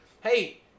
Hey